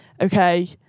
okay